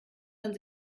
man